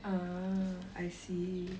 ah I see